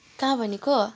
कहाँ भनेको